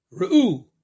Re'u